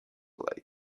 lake